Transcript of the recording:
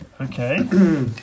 Okay